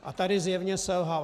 A tady zjevně selhal.